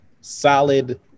solid